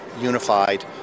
unified